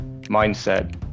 mindset